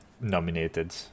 nominated